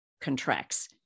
contracts